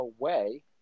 away